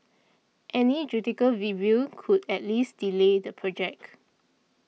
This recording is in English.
any judicial review could at least delay the project